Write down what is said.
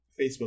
Facebook